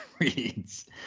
reads